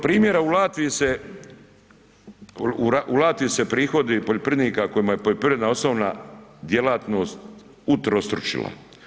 Primjera, u Latviji se, u Latviji se prihodi poljoprivrednika kojima je poljoprivreda osnovna djelatnost utrostručila.